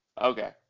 Okay